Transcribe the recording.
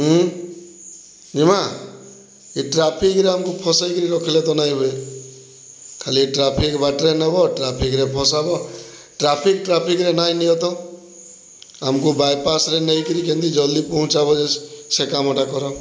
ଜିମା ଇ ଟ୍ରାଫିକ୍ରେ ଆମ୍କୁ ଫସେଇକିରି ରଖ୍ଲେ ତ ନାଇଁ ହୁଏ ଖାଲି ଟ୍ରାଫିକ୍ ବାଟରେ ନେବ ଟ୍ରାଫିକ୍ରେ ଫସାବ ଟ୍ରାଫିକ୍ ଟ୍ରାଫିକ୍ରେ ନାଇଁ ନିଅତ ଆମ୍କୁ ବାଇପାସ୍ରେ ନେଇକିରି କେନ୍ତି ଜଲ୍ଦି ପୁହଞ୍ଚାବ ଯେ ସେ କାମଟା କର